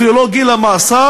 אפילו לא גיל המאסר,